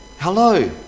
Hello